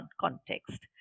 context